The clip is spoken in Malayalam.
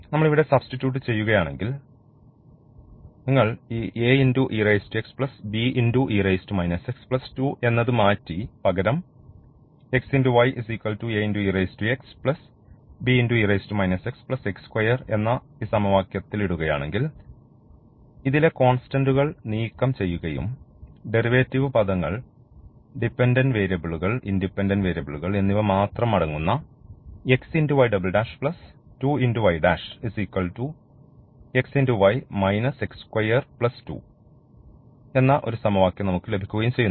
നമ്മൾ ഇവിടെ സബ്സ്റ്റിറ്റ്യൂട്ട് ചെയ്യുകയാണെങ്കിൽ നിങ്ങൾ ഈ എന്നത് മാറ്റി പകരം എന്ന ഈ സമവാക്യത്തിൽ ഇടുകയാണെങ്കിൽ ഇതിലെ കോൺസ്റ്റന്റുകൾ നീക്കംചെയ്യുകയും ഡെറിവേറ്റീവ് പദങ്ങൾ ഡിപൻഡന്റ് വേരിയബിളുകൾ ഇൻഡിപെൻഡന്റ് വേരിയബിളുകൾ എന്നിവമാത്രം അടങ്ങുന്ന എന്ന ഒരു സമവാക്യം നമുക്ക് ലഭിക്കുകയും ചെയ്യുന്നു